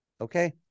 Okay